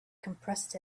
compressed